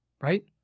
Right